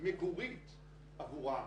מגורית עבורם.